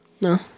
No